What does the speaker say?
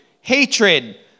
hatred